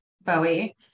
Bowie